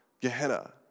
Gehenna